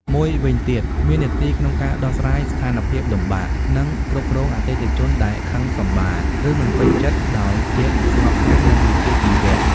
មួយវិញទៀត មាននាទីក្នុងការដោះស្រាយស្ថានភាពលំបាកនិងគ្រប់គ្រងអតិថិជនដែលខឹងសម្បារ ឬមិនពេញចិត្តដោយភាពស្ងប់ស្ងាត់ និងវិជ្ជាជីវៈ។